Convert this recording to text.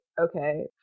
okay